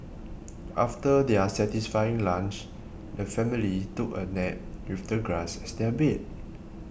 after their satisfying lunch the family took a nap with the grass as their bed